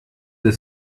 the